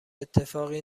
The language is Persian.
اتفاقی